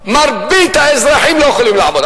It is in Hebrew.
מרבית האזרחים לא יכולים לעמוד בזה.